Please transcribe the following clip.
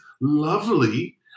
lovely